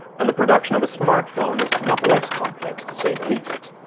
and the production of a smart phone is not less complex, to say the least.